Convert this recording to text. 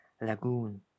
Lagoon